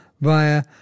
via